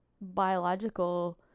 biological